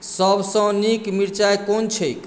सभसँ नीक मिरचाइ कोन छैक